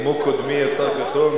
כמו קודמי השר כחלון,